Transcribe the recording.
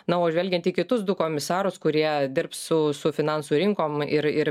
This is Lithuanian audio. na o žvelgiant į kitus du komisarus kurie dirbs su su finansų rinkom ir ir